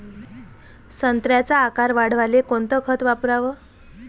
संत्र्याचा आकार वाढवाले कोणतं खत वापराव?